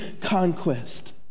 conquest